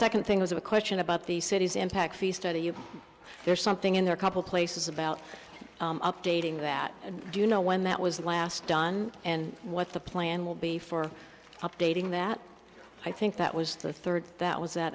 second thing was a question about the city's impact fee study there's something in there a couple places about updating that do you know when that was last done and what the plan will be for updating that i think that was the third that was that